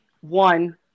one